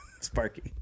Sparky